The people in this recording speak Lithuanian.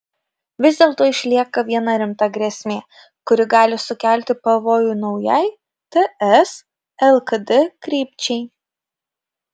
vis dėlto išlieka viena rimta grėsmė kuri gali sukelti pavojų naujai ts lkd krypčiai